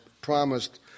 promised